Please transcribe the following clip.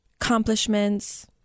accomplishments